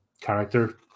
character